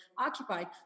occupied